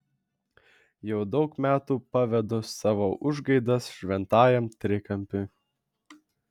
jau daug metų pavedu savo užgaidas šventajam trikampiui